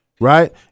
Right